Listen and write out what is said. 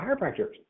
chiropractors